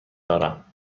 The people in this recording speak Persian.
دارم